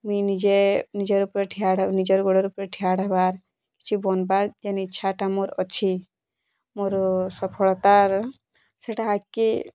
ମୁଇଁ ନିଜେ ନିଜର୍ ଉପରେ ନିଜର୍ ଗୋଡ଼ର୍ ଉପରେ ଠିଆଡ଼୍ ହେବାର୍ କିଛି ବନ୍ବାର୍ ମୋର ଇଛାଟା ଅଛି ମୋର ସଫଳତା ସେଟା ଆଗ୍କେ